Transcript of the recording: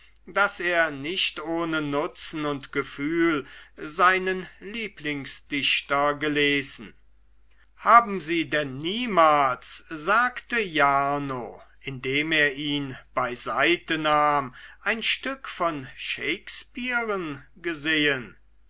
daß er nicht ohne nutzen und gefühl seinen lieblingsdichter gelesen haben sie denn niemals sagte jarno indem er ihn beiseitenahm ein stück von shakespearen gesehen